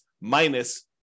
minus